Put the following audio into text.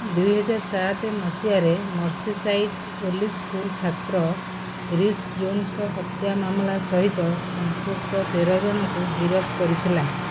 ଦୁଇହାଜର ସାତ ମସିହାରେ ମର୍ସିସାଇଡ଼୍ ପୋଲିସ୍ ସ୍କୁଲ୍ ଛାତ୍ର ରିସ୍ ଜୋନ୍ସ୍ଙ୍କ ହତ୍ୟା ମାମଲା ସହିତ ସମ୍ପୃକ୍ତ ତେର ଜଣଙ୍କୁ ଗିରଫ କରିଥିଲା